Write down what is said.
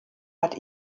hat